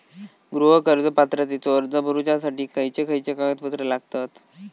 गृह कर्ज पात्रतेचो अर्ज भरुच्यासाठी खयचे खयचे कागदपत्र लागतत?